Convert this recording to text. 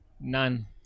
None